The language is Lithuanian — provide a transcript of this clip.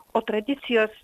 o tradicijos